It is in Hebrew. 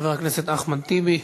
חבר הכנסת אחמד טיבי.